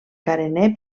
carener